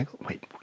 wait